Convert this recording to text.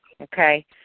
okay